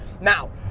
Now